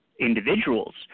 individuals